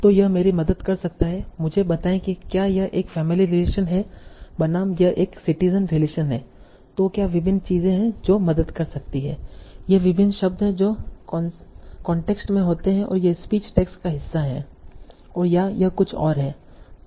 तो यह मेरी मदद कर सकता है मुझे बताएं कि क्या यह एक फैमिली रिलेशन है बनाम यह एक सिटीजन रिलेशन है तो क्या विभिन्न चीजें हैं जो मदद कर सकती हैं ये विभिन्न शब्द हैं जो कांटेक्स्ट में होते हैं ये स्पीच टैग्स का हिस्सा हैं या यह कुछ और है